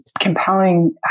compelling